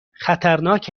خطرناک